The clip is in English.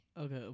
okay